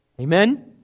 Amen